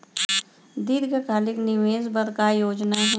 दीर्घकालिक निवेश बर का योजना हे?